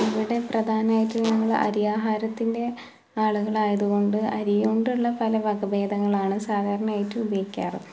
ഇവിടെ പ്രധാനമായിട്ട് ഞങ്ങൾ അരി ആഹാരത്തിൻ്റെ ആളുകൾ ആയതുകൊണ്ട് അരി കൊണ്ടുള്ള പല വക ഭേദങ്ങളാണ് സാധാരണമായിട്ട് ഉപയോഗിക്കാറുള്ളത്